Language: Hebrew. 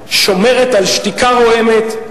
שומרת על שתיקה רועמת,